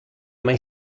mai